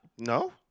No